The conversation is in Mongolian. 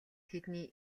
тэдний